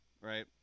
right